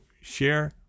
share